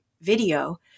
video